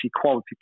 quality